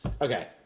Okay